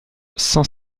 cent